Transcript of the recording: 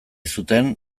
zuten